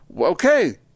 okay